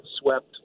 swept